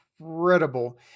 incredible